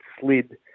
slid